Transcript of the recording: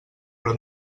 però